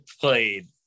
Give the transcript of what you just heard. played